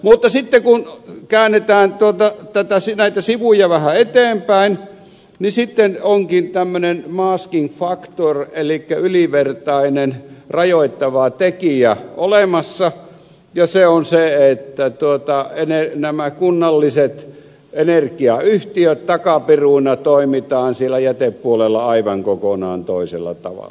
mutta sitten kun käännetään näitä sivuja vähän eteenpäin niin sitten onkin tämmöinen masking factor elikkä ylivertainen rajoittava tekijä olemassa ja se on se että nämä kunnalliset energiayhtiöt että takapiruina toimitaan siellä jätepuolella aivan kokonaan toisella tavalla